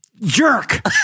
Jerk